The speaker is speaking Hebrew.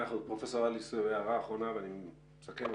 פרופ' אליס, הערה אחרונה, ואני מסכם.